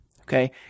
Okay